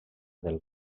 del